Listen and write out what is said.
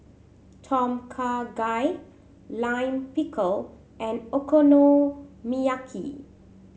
Tom Kha Gai Lime Pickle and Okonomiyaki